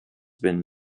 been